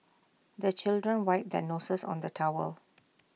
the children wipe their noses on the towel